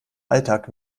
alltag